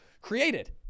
created